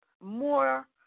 more